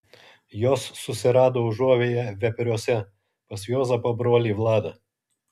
jos susirado užuovėją vepriuose pas juozapo brolį vladą